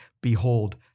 behold